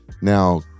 Now